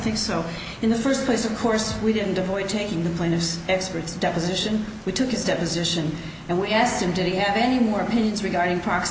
think so in the first place of course we didn't avoid taking the finest experts deposition we took his deposition and we asked him did he have any more opinions regarding prox